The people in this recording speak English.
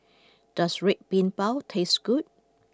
does Red Bean Bao taste good